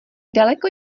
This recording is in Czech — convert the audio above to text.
daleko